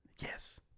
Yes